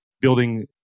building